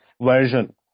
version